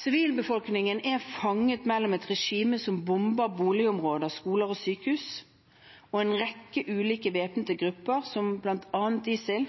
Sivilbefolkningen er fanget mellom et regime som bomber boligområder, skoler og sykehus, og en rekke ulike væpnede grupper, som bl.a. ISIL,